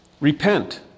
repent